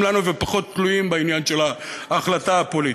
לנו ופחות תלויים בעניין של ההחלטה הפוליטית.